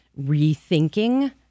rethinking